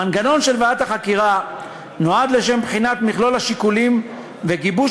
מנגנון של ועדת החקירה נועד לשם בחינת מכלול השיקולים וגיבוש